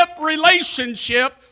relationship